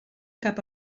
cap